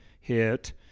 hit